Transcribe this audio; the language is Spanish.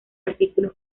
artículos